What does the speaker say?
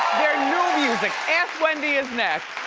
their new music. ask wendy is next.